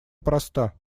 проста